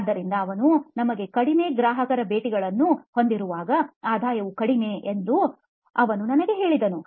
ಆದ್ದರಿಂದ ಅವನು ನಮಗೆ ಕಡಿಮೆ ಗ್ರಾಹಕ ಭೇಟಿಗಳನ್ನು ಹೊಂದಿರುವಾಗ ಆದಾಯವು ಕಡಿಮೆ ಎಂದು ಅವನು ನನಗೆ ಹೇಳಿದರು